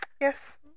yes